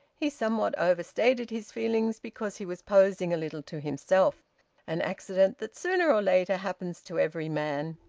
he somewhat overstated his feelings, because he was posing a little to himself an accident that sooner or later happens to every man!